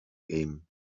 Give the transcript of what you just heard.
game